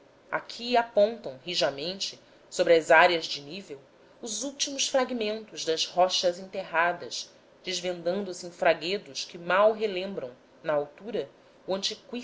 aqui apontam rijamente sobre as áreas de nível os últimos fragmentos das rochas enterradas desvendando se em fraguedos que mal relembram na altura